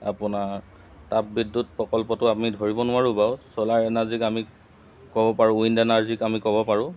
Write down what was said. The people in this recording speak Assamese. আপোনাৰ তাপ বিদ্যুৎ প্ৰকল্পটো আমি ধৰিব নোৱাৰোঁ বাৰু চ'লাৰ এনাৰ্জিক আমি ক'ব পাৰোঁ উইণ্ড এনাৰ্জিক আমি ক'ব পাৰোঁ